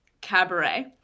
cabaret